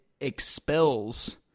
expels